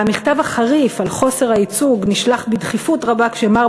המכתב החריף על חוסר הייצוג נשלח בדחיפות רבה כשמר